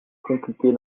compliquée